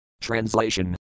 Translation